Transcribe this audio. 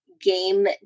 Game